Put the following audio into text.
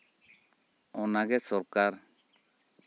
ᱚᱱᱟᱜᱮ ᱥᱚᱨᱠᱟᱨ